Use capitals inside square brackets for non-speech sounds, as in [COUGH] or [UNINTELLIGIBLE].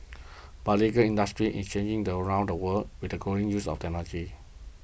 but the legal industry is changing the around the world with the growing use of [UNINTELLIGIBLE]